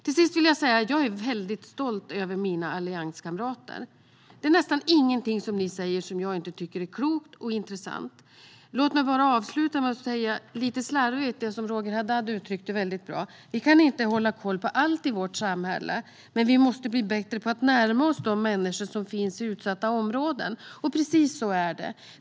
Till sist vill jag säga att jag är mycket stolt över mina allianskamrater. Det är nästan ingenting som ni säger som jag inte tycker är klokt och intressant. Låt mig avsluta med att säga lite slarvigt det som Roger Haddad uttryckte mycket bra: Vi kan inte hålla koll på allt i vårt samhälle, men vi måste bli bättre på att närma oss de människor som finns i utsatta områden. Precis så är det.